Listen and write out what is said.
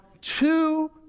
two